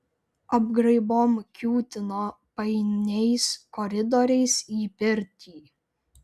apgraibom kiūtino painiais koridoriais į pirtį